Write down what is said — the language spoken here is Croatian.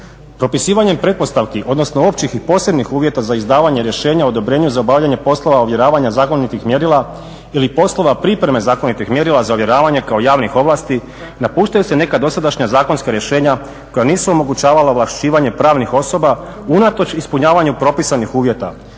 Propisivanjem pretpostavki, odnosno općih i posebnih uvjeta za izdavanje rješenja o odobrenju za obavljanje poslova ovjeravanja zakonitih mjerila ili poslova pripreme zakonitih mjerila za ovjeravanje kao javnih ovlasti napuštaju se neka dosadašnja zakonska rješenja koja nisu omogućavala ovlašćivanje pravnih osoba unatoč ispunjavanju propisanih uvjeta